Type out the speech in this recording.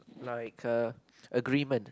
like a agreement